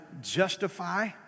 justify